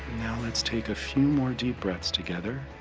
now let's take a few more deep breaths together.